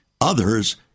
others